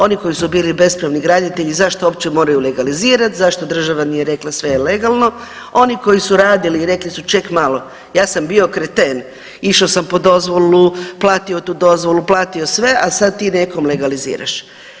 Oni koji su bili bespravni graditelji zašto uopće moraju legalizirat, zašto država nije rekla sve je legalno, oni koji su radili rekli su ček malo ja sam bio kreten išo sam po dozvolu, platio tu dozvolu, platio sve, a sad ti nekom legaliziraš.